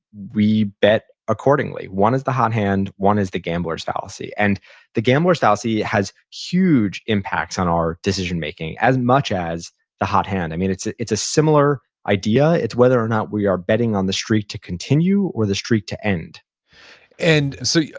we bet accordingly. one is the hot hand, one is the gambler's fallacy. and the gambler's fallacy has huge impact on our decision-making, as much as the hot hand. and it's ah it's a similar idea, it's whether or not we are betting on the streak to continue or the streak to end and so yeah